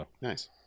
nice